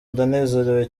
ndanezerewe